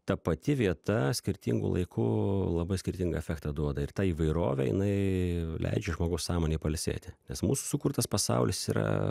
ta pati vieta skirtingu laiku labai skirtingą efektą duoda ir tą įvairovę jinai leidžia žmogaus sąmonei pailsėti nes mūsų sukurtas pasaulis yra